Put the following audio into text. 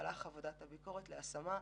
במהלך עבודת הביקורת להשמה.